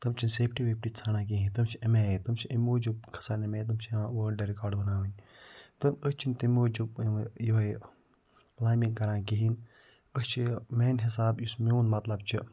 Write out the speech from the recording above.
تِم چھِنہٕ سیفٹی ویفٹی ژھانٛڈان کِہیٖنۍ تِم چھِ اَمے آیہِ تِم چھِ اَمہِ موٗجوٗب کھَسان اَمہِ آیہِ تِم چھِ ہٮ۪وان وٲلڈٕ رِکارڈ بناوٕنۍ تہٕ أسۍ چھِنہٕ تَمہِ موٗجوٗب یِہوٚے کٕلایمبِنٛگ کران کِہیٖنۍ أسۍ چھِ میٛانہِ حساب یُس میون مَطلَب چھِ